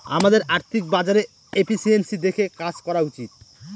আমাদের আর্থিক বাজারে এফিসিয়েন্সি দেখে কাজ করা উচিত